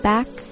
Back